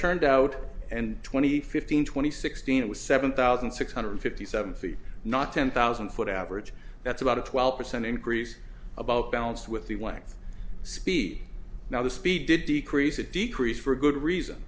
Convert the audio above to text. turned out and twenty fifteen twenty sixteen it was seven thousand six hundred fifty seven feet not ten thousand foot average that's about a twelve percent increase about balance with the way speed now the speed did decrease a decrease for a good reason